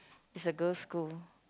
is a girls school